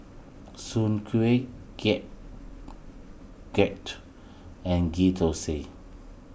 Soon Kuih Getuk Getuk and Ghee Thosai